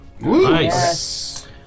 Nice